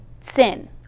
sin